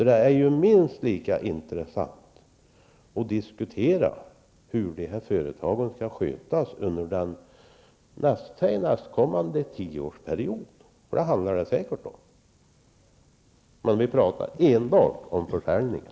Det är minst lika intressant att diskutera hur dessa företag skall skötas under nästkommande tioårsperiod. Det handlar säkert om den tidsperioden. Men vi talar enbart om försäljningen.